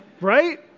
Right